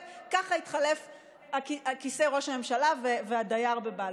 ככה יתחלף כיסא ראש הממשלה והדייר בבלפור,